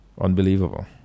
Unbelievable